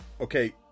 Okay